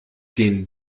den